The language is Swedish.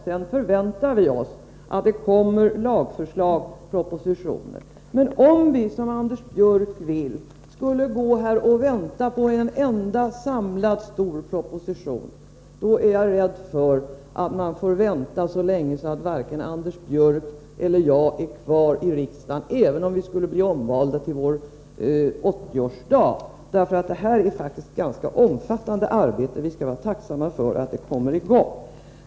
Sedan förväntar vi att det kommer lagförslag, propositioner. Men om vi, som Anders Björck vill, skulle gå här och vänta på en enda samlad stor proposition får vi, är jag rädd, vänta så länge att varken Anders Björck eller jag den dagen är kvar i riksdagen, även om vi skulle bli omvalda till vår 80-årsdag. Det här är faktiskt ett ganska omfattande arbete, och vi skall vara tacksamma för att det kommer i gång.